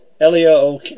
Elio